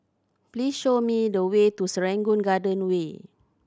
please show me the way to Serangoon Garden Way